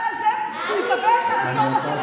על זה שהוא יקדם את הרפורמה של לוין.